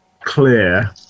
clear